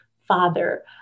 father